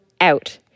out